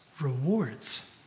rewards